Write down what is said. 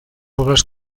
obras